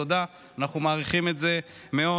תודה, אנחנו מעריכים את זה מאוד.